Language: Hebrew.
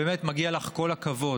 באמת, מגיע לך כל הכבוד.